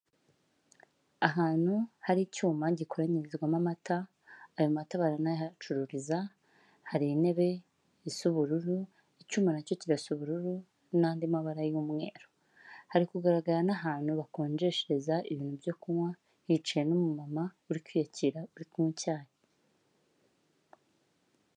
Ahantu hari icyuma gikoranyirizwamo amata, ayo mata baranayahacururiza, hari intebe zisa ubururu, icyuma na cyo kirasa ubururu n'andi mabara y'umweru. Hari kugaragara n'ahantu bakonjeshereza ibintu byo kunywa, hicaye n'umumama uri kwiyakira uri kunywa icyayi.